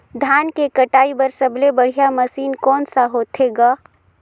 धान के कटाई बर सबले बढ़िया मशीन कोन सा होथे ग?